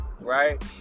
right